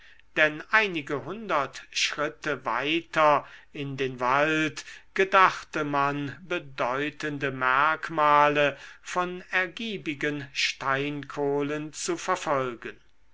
denn einige hundert schritte weiter in den wald gedachte man bedeutende merkmale von ergiebigen steinkohlen zu verfolgen